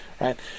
Right